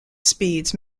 speeds